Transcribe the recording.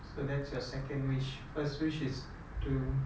so that's your second wish first wish is to